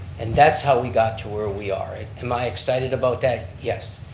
and that's how we got to where we are. am i excited about that? yes.